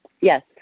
Yes